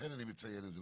ולכן אני מציין את זה,